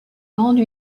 grande